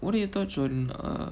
what do you touch on uh